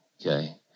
Okay